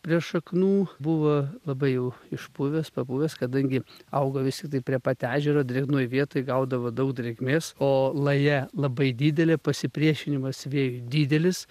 prie šaknų buvo labai jau išpuvęs papuvęs kadangi augo vis tiktai prie pat ežero drėgnoj vietoj gaudavo daug drėgmės o laja labai didelė pasipriešinimas vėjui didelis